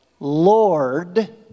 Lord